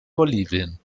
bolivien